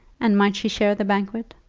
and might she share the banquet?